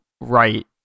right